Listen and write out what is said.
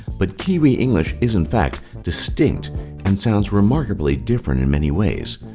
but kiwi english is in fact distinct and sounds remarkably different in many ways.